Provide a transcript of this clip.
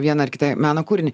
vieną ar kitą meno kūrinį